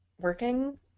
working